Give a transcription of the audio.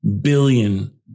billion